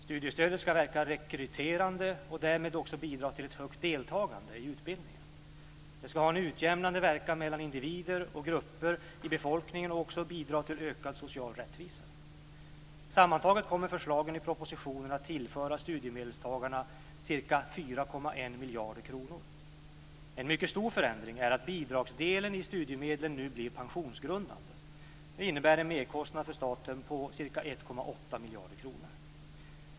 Studiestödet ska verka rekryterande och därmed bidra till ett högt deltagande i utbildningen. Det ska ha en utjämnande verkan mellan individer och grupper i befolkningen och därmed bidra till ökad social rättvisa. Sammantaget kommer förslagen i propositionen att tillföra studiemedelstagarna ca 4,1 miljarder kronor. En mycket stor förändring är att bidragsdelen i studiemedlen nu blir pensionsgrundande. Det innebär en merkostnad för staten på ca 1,8 miljarder kronor.